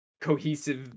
cohesive